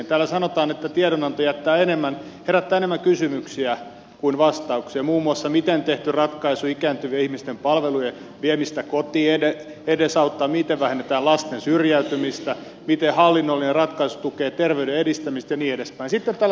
täällä sanotaan että tiedonanto herättää enemmän kysymyksiä kuin vastauksia muun muassa miten tehty ratkaisu edesauttaa ikääntyvien ihmisten palvelujen viemistä kotiin miten vähennetään lasten syrjäytymistä miten hallinnollinen ratkaisu tukee terveyden edistämistä ja niin edelleen